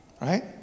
Right